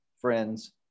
friends